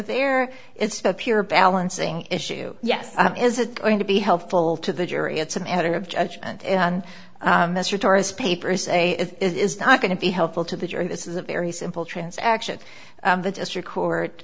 there it's a pure balancing issue yes is it going to be helpful to the jury it's a matter of judgment and mr torres papers say it is not going to be helpful to the jury this is a very simple transaction the district court